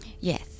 Yes